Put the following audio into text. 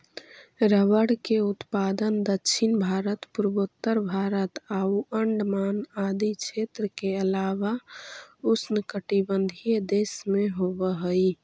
rubber के उत्पादन दक्षिण भारत, पूर्वोत्तर भारत आउ अण्डमान आदि क्षेत्र के अलावा उष्णकटिबंधीय देश में होवऽ हइ